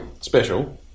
special